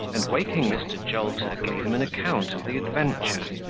and, waking mr. jolter, gave him an account of the adventure.